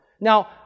Now